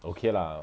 okay lah